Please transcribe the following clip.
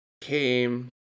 came